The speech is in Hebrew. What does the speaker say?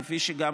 כפי שגם